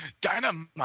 Dynamite